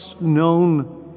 known